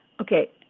okay